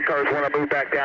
cars want to move back down